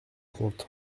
compte